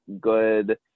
good